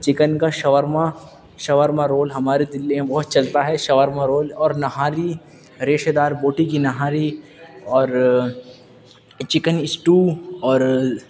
chicken کا shawarma shawarma roll ہماری دلّی میں بہت چلتا ہے شورما رول اور نہاری ریشے دار بوٹی کی نہاری اور چکن اسٹو اور